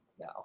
no